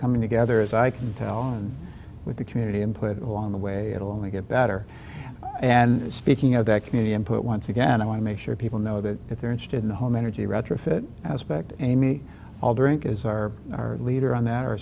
coming together as i can tell and with the community input along the way it'll only get better and speaking of that community input once again i want to make sure people know that if they're interested in home energy retrofit as but amy i'll drink is our leader on that or a